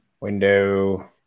window